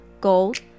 gold